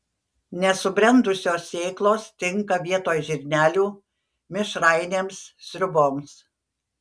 nesubrendusios sėklos tinka vietoj žirnelių mišrainėms sriuboms